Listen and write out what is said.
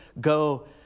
go